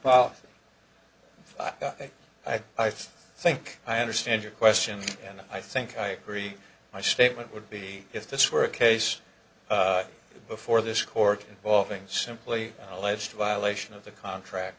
policy i think i think i understand your question and i think i agree my statement would be if this were a case before this court offering simply alleged violation of the contract